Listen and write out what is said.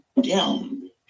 down